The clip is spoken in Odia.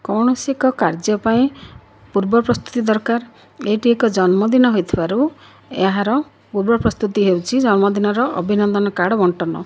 କୌଣସି ଏକ କାର୍ଯ୍ୟ ପାଇଁ ପୂର୍ବ ପ୍ରସ୍ତୁତି ଦରକାର ଏଇଠି ଏକ ଜନ୍ମଦିନ ହୋଇଥିବାରୁ ଏହାର ପୂର୍ବ ପ୍ରସ୍ତୁତି ହେଉଛି ଜନ୍ମଦିନର ଅଭିନନ୍ଦନ କାର୍ଡ଼ ବଣ୍ଟନ